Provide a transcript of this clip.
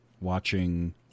Watching